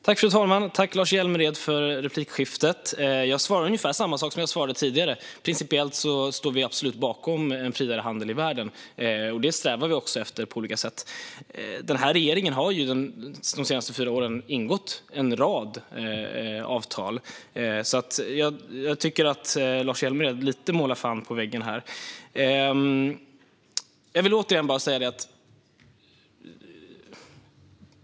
Fru talman! Tack, Lars Hjälmered, för replikskiftet! Jag svarar ungefär samma sak som jag svarade tidigare. Vi står principiellt absolut bakom en friare handel i världen. Det strävar vi också efter på olika sätt. Regeringen har de senaste fyra åren ingått en rad avtal. Jag tycker att Lars Hjälmered lite målar fan på väggen här.